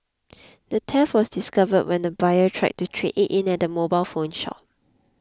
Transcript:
the theft was discovered when the buyer tried to trade it in at a mobile phone shop